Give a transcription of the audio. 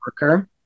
worker